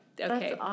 okay